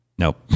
Nope